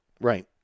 Right